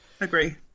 Agree